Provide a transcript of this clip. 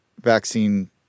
vaccine